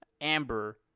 Amber